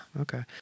Okay